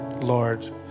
Lord